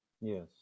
Yes